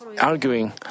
arguing